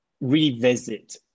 revisit